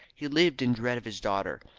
he lived in dread of his daughter,